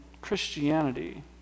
Christianity